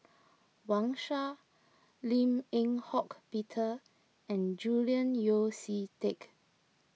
Wang Sha Lim Eng Hock Peter and Julian Yeo See Teck